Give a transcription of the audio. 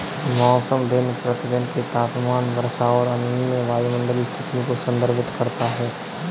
मौसम दिन प्रतिदिन के तापमान, वर्षा और अन्य वायुमंडलीय स्थितियों को संदर्भित करता है